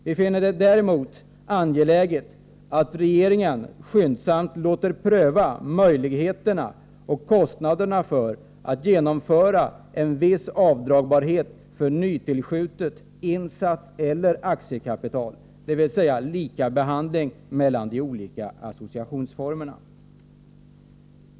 Vi finner det därför angeläget att regeringen skyndsamt låter pröva möjligheterna till och kostnaderna för att genomföra en viss avdragbarhet för nytillskjutet insatseller aktiekapital, dvs. likabehandling av de olika associationsformerna.